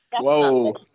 Whoa